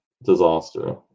disaster